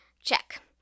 Check